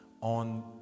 on